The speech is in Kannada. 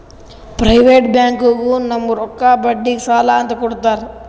ಪ್ರೈವೇಟ್ ಬ್ಯಾಂಕ್ನಾಗು ನಮುಗ್ ರೊಕ್ಕಾ ಬಡ್ಡಿಗ್ ಸಾಲಾ ಅಂತ್ ಕೊಡ್ತಾರ್